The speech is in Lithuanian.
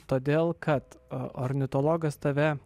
todėl kad ornitologas tave